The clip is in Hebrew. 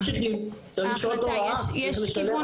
יש כיוון